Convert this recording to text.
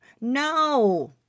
No